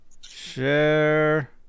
Share